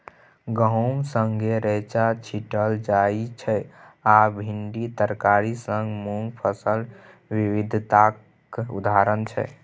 गहुम संगै रैंचा छीटल जाइ छै आ भिंडी तरकारी संग मुँग फसल बिबिधताक उदाहरण छै